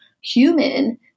human